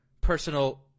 personal